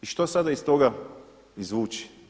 I što sada iz toga izvući?